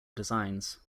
designs